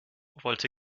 wollte